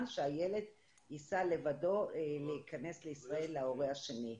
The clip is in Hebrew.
שהילד ייסע לבדו להיכנס לישראל להורה השני.